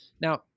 Now